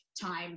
time